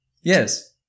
Yes